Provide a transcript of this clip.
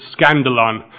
scandalon